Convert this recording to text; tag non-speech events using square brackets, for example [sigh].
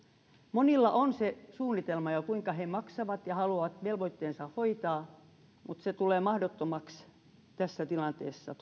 monilla on se suunnitelma jo kuinka he maksavat ja haluavat velvoitteensa hoitaa mutta se tulee mahdottomaksi tässä tilanteessa [unintelligible]